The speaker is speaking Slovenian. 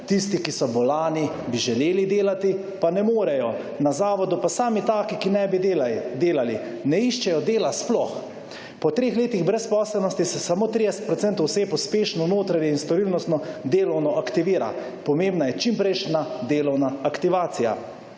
Tisti, ki so bolani, bi želeli delati, pa ne morejo. Na zavodu pa sami taki, ki ne bi delali, ne iščejo dela sploh. Po treh letih brezposelnosti se samo 30 % oseb uspešno /nerazumljivo/ in storilnostno delovno aktivira. Pomembna je čimprejšnja delovna aktivacija.